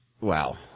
Wow